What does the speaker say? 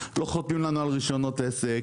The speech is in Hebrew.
לא חותמים לנו על רשיונות עסק.